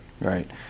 Right